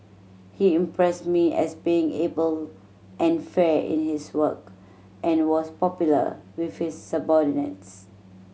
he impressed me as being able and fair in his work and was popular with his subordinates